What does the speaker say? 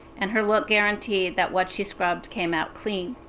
and her look guaranteed that what she scrubbed came out clean.